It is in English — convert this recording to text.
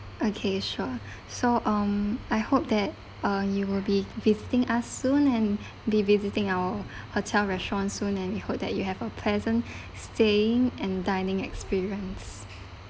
okay sure so um I hope that uh you will be visiting us soon and be visiting our hotel restaurants soon and we hope that you have a pleasant staying and dining experience